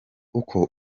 uko